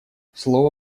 слово